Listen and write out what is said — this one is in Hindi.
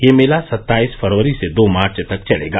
ये मेला सत्ताईस फरवरी से दो मार्च तक चलेगा